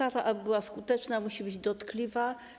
Aby kara była skuteczna, musi być dotkliwa.